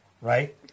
right